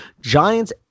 giants